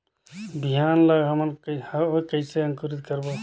बिहान ला हमन हवे कइसे अंकुरित करबो?